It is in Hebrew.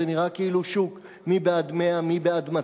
זה נראה כמו שוק מכירה פומבית,